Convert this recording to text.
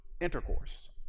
intercourse